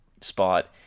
spot